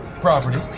property